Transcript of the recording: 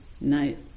night